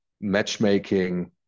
matchmaking